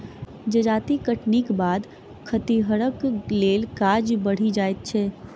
जजाति कटनीक बाद खतिहरक लेल काज बढ़ि जाइत छै